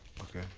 Okay